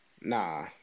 Nah